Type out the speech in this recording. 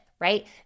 right